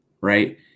right